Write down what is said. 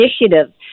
initiative